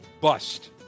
bust